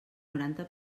noranta